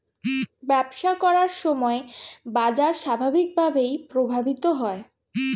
ব্যবসা করার সময় বাজার স্বাভাবিকভাবেই প্রভাবিত হয়